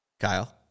Kyle